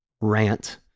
rant